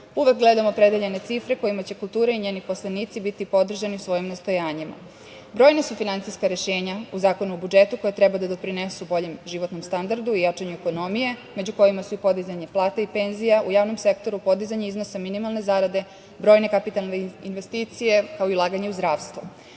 uvek gledam opredeljene cifre kojima će kultura i njeni poslanici biti podržani u svojim nastojanjima. Brojna su finansijska rešenja u Zakonu o budžetu koje treba da doprinesu boljem životnom standardu, jačanju ekonomije, među kojima su i podizanje plata i penzija u javnom sektoru, podizanje iznosa minimalne zarade, brojne kapitalne investicije, kao i ulaganje u zdravstvo. Kako